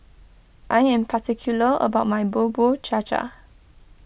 I am particular about my Bubur Cha Cha